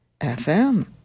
FM